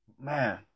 Man